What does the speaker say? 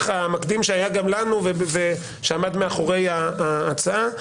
המקדים שהיה גם לנו ושעמד מאחורי ההצעה.